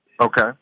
Okay